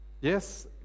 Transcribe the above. Yes